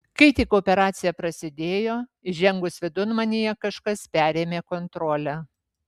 kai tik operacija prasidėjo įžengus vidun manyje kažkas perėmė kontrolę